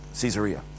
Caesarea